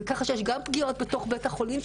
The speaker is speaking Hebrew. וכך שיש גם פגיעות בתוך בית החולים.